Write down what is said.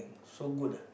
so good ah